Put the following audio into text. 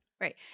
Right